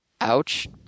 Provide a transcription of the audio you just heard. Ouch